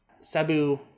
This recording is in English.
Sabu